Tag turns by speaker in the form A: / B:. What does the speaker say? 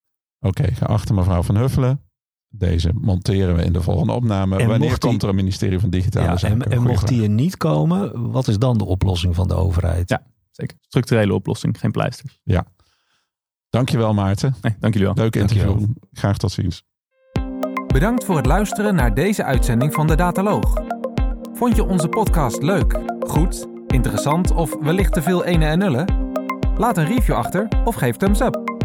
A: Oké, geachte mevrouw Van Huffelen, deze monteren we in de volgende opname.
B: En
A: Wanneer
B: mocht die-
A: komt er een ministerie van Digitale
B: Ja, en-
A: Zaken?
B: en
A: Goeie
B: mocht
A: vraag.
B: die er niet komen, wat is dan de oplossing van de overheid?
C: Ja, zeker. Structurele oplossing, geen pleisters.
A: Ja. Dankjewel, Maarten.
C: Nee, dankjewel.
A: Leuke
B: Dankjewel.
A: interview. Graag tot ziens.
D: Bedankt voor het luisteren naar deze uitzending van De Dataloog. Vond je onze podcast leuk, goed, interessant of wellicht te veel enen en nullen? Laat een review achter of geef thumbs up.